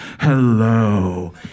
Hello